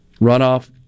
runoff